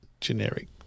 generic